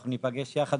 אנחנו ניפגש יחד.